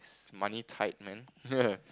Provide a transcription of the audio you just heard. money tight man